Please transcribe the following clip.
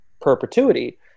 perpetuity